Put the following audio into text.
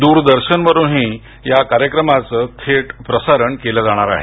दूरदर्शन वरूनही या कार्यक्रमच थेट प्रसारण केलं जाणार आहे